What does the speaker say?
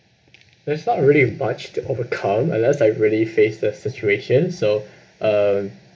that's not really much to overcome unless I really face this situation so uh